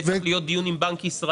זה צריך להיות דיון עם בנק ישראל.